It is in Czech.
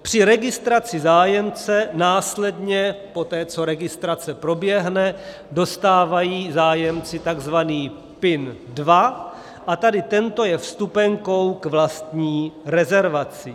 Při registraci zájemce následně poté, co registrace proběhne, dostávají zájemci takzvaný PIN 2 a tady tento je vstupenkou k vlastní rezervaci.